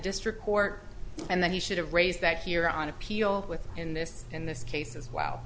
district court and then he should have raised that here on appeal with in this in this case as well